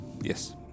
Yes